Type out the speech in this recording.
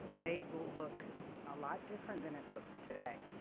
naep will look a lot different than it looks today.